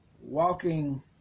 walking